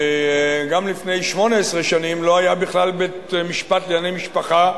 גם לפני 18 שנים לא היה בכלל בית-משפט לענייני משפחה,